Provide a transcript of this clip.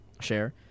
share